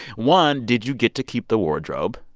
one, did you get to keep the wardrobe?